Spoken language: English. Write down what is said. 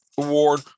award